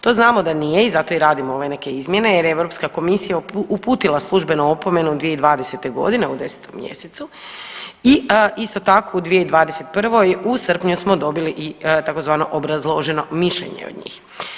To znamo da nije i zato i radimo ove neke izmjene jer je EU komisija uputila službenu opomenu 2020. g. u 10. mj. i isto tako, u 2021. u srpnju smo dobili i tzv. obrazloženje mišljenje od njih.